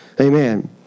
Amen